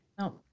No